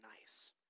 nice